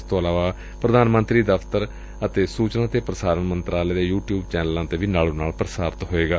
ਇਸ ਤੋਂ ਇਲਾਵਾ ਇਹ ਪ੍ਰਧਾਨ ਮੰਤਰੀ ਦਫ਼ਤਰ ਅਤੇ ਸੁਚਨਾ ਤੇ ਪ੍ਰਸਾਰਣ ਮੰਤਰਾਲੇ ਦੇ ਯੁ ਟਿਊਬ ਚੈਨਲਾਂ ਤੇ ਵੀ ਨਾਲੋ ਨਾਲ ਪ੍ਸਾਰਿਤ ਹੋਵੇਗਾ